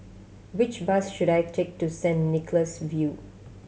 which bus should I take to Saint Nicholas View